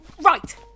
Right